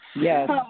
Yes